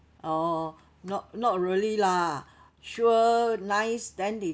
oh not not really lah sure nice then they